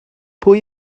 pwy